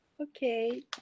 Okay